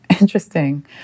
interesting